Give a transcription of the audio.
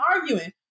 arguing